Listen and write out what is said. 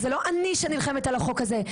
זאת לא אני שנלחמת על החוק הזה,